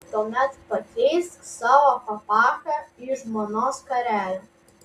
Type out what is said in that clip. tuomet pakeisk savo papachą į žmonos skarelę